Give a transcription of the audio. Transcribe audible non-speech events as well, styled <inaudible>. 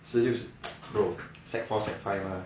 十六 <noise> bro sec four sec five mah